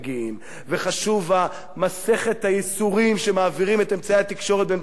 וחשובה מסכת הייסורים שמעבירים את אמצעי התקשורת במדינת ישראל.